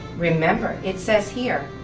remember, it says here,